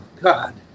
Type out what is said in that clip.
God